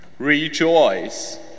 Rejoice